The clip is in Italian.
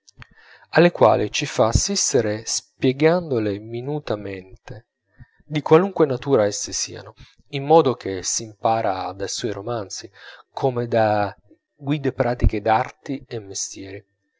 alle quali ci fa assistere spiegandole minutamente di qualunque natura esse siano in modo che s'impara dai suoi romanzi come da guide pratiche d'arti e mestieri